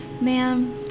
ma'am